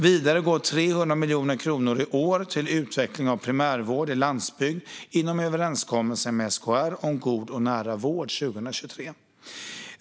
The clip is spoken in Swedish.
Vidare går 300 miljoner kronor i år till utveckling av primärvård i landsbygd inom överenskommelsen med SKR om God och nära vård 2023.